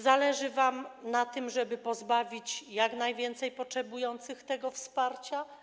Zależy wam na tym, żeby pozbawić jak najwięcej potrzebujących tego wsparcia?